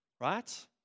right